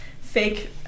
fake